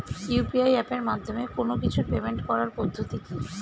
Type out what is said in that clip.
UPI এপের মাধ্যমে কোন কিছুর পেমেন্ট করার পদ্ধতি কি?